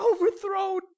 overthrown